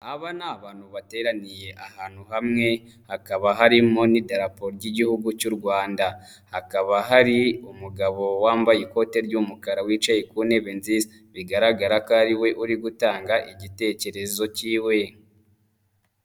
Aba ni abantu bateraniye ahantu hamwe, hakaba harimo n'Idarapo ry'Igihugu cy'u Rwanda. Hakaba hari umugabo wambaye ikote ry'umukara wicaye ku ntebe nziza. Bigaragara ko ari we uri gutanga igitekerezo cyiwe.